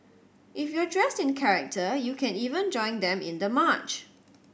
if you're dressed in character you can even join them in the march